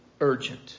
urgent